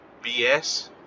BS